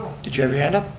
did you have your hand up?